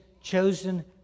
chosen